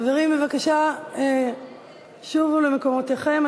חברים, בבקשה, שובו למקומותיכם.